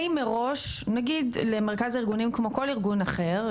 האם מראש למרכז הארגונים כמו כל ארגון אחר,